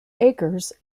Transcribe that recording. acres